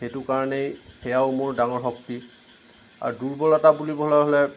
সেইটো কাৰণেই সেয়াও মোৰ ডাঙৰ শক্তি আৰু দুৰ্বলতা বুলিবলে হ'লে